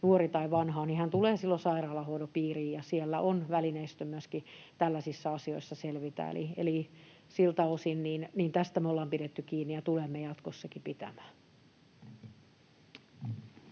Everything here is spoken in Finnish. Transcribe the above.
nuori tai vanha, niin hän tulee silloin sairaalahoidon piiriin, ja siellä on välineistö myöskin tällaisissa asioissa selvitä. Eli siltä osin tästä me ollaan pidetty kiinni ja tulemme jatkossakin pitämään.